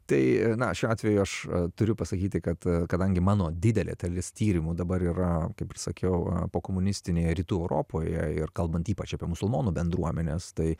tai na šiuo atveju aš turiu pasakyti kad kadangi mano didelė dalis tyrimų dabar yra kaip ir sakiau pokomunistinėje rytų europoje ir kalbant ypač apie musulmonų bendruomenes tai